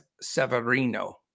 Severino